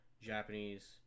Japanese